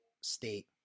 state